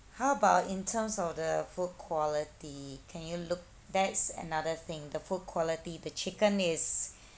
how about in terms of the food quality can you look that's another thing the food quality the chicken is